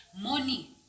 money